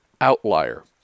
outlier